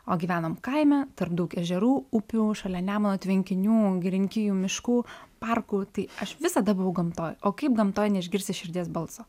o gyvenom kaime tarp daug ežerų upių šalia nemuno tvenkinių girininkijų miškų parkų tai aš visada buvau gamtoj o kaip gamtoj neišgirsi širdies balso